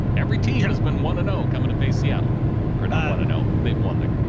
every team has been one to no coming to face seattle or not want to know they've won the,